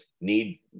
need